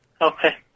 Okay